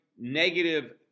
negative